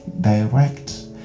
direct